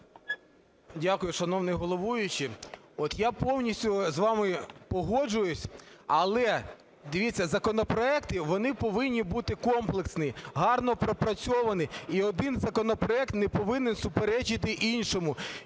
Дякую, шановний головуючий. От я повністю з вами погоджуюсь. Але, дивіться, законопроекти, вони повинні бути комплексні, гарно пропрацьовані, і один законопроект не повинен суперечити іншому.